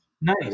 Nice